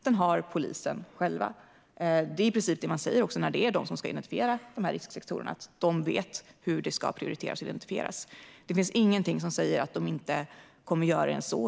Det är i princip det man säger också när det gäller att det är polisen som ska identifiera de här risksektorerna, alltså att polisen vet hur det ska prioriteras och identifieras. Det finns ingenting som säger att de inte kommer att göra ens så.